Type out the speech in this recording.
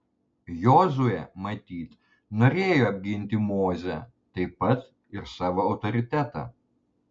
jozuė matyt norėjo apginti mozę taip pat ir savo autoritetą